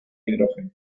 hidrógeno